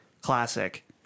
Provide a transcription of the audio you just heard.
classic